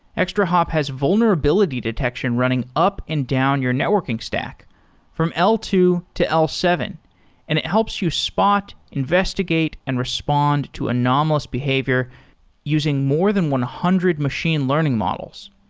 extrahop has vulnerability detection running up and down your networking stock from l two to l seven and it helps you spot, investigate and respond to anomalous behavior using more than one hundred machine learning models.